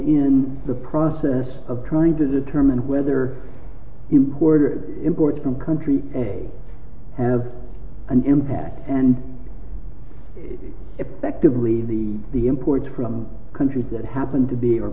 in the process of trying to determine whether you order imports from country have an impact and effectively the the imports from countries that happen to be